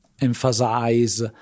emphasize